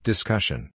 Discussion